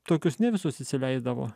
tokius ne visus įsileisdavo